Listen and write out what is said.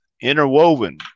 interwoven